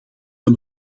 een